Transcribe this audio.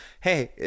Hey